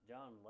John